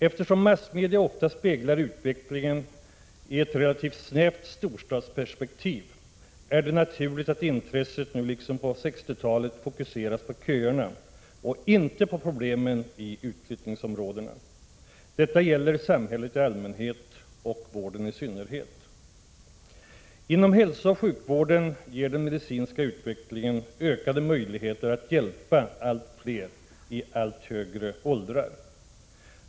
Eftersom massmedia ofta speglar utvecklingen i ett relativt snävt storstadsperspektiv är det naturligt att intresset nu, liksom på 1960-talet, fokuseras på köerna och inte på problemen i utflyttningsområdena. Detta gäller samhället i allmänhet och vården i synnerhet. Inom hälsooch sjukvården ger den medicinska utvecklingen ökade möjligheter till hjälp för allt fler i allt högre åldrar.